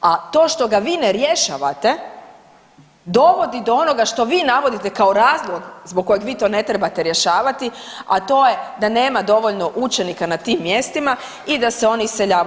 A to što ga vi ne rješavate, dovodi do onoga što vi navodite kao razlog zbog kojeg vi to ne trebate rješavati, a to je da nema dovoljno učenika na tim mjestima i da se oni iseljavaju.